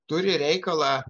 turi reikalą